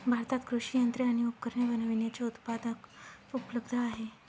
भारतात कृषि यंत्रे आणि उपकरणे बनविण्याचे उत्पादक उपलब्ध आहे